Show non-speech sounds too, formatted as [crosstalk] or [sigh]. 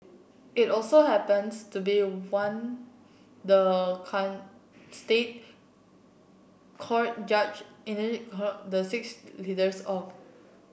it also happens to be one the [unintelligible] State Court judge [unintelligible] the six leaders of